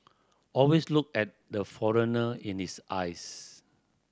always look at the foreigner in his eyes